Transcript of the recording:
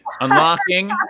Unlocking